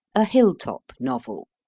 a hill-top novel,